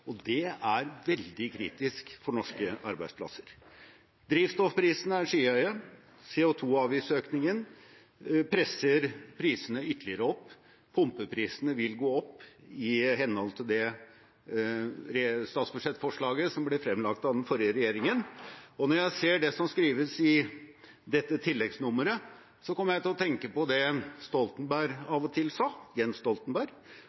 Og det er veldig kritisk for norske arbeidsplasser. Drivstoffprisene er skyhøye, CO 2 -avgiftsøkningen presser prisene ytterligere opp, pumpeprisene vil gå opp i henhold til det statsbudsjettforslaget som ble fremlagt av den forrige regjeringen. Når jeg ser det som skrives i dette tilleggsnummeret, kommer jeg til å tenke på det Jens Stoltenberg